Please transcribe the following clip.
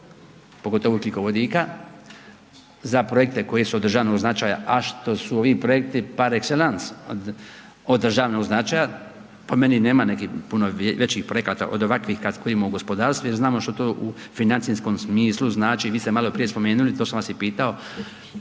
pogotovo ugljikovodika za projekte koji su od državnog značaja, a što su ovi projekti par exelance od državnog značaja po meni nema nekih puno većih projekata od ovakvih koje imamo u gospodarstvu jer znamo što to u financijskom smislu znači. Vi ste malo prije spomenuli, to sam vas i pitao,